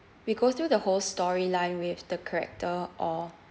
we go through the whole storyline with the character or